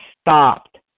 stopped